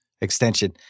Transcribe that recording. extension